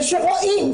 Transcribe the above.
ושרואים,